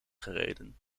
gereden